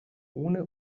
ohne